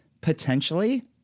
Potentially